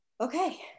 Okay